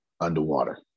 underwater